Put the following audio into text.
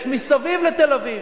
יש מסביב לתל-אביב.